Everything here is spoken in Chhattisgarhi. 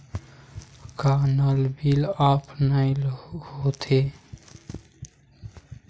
का नल बिल ऑफलाइन हि होथे?